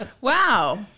wow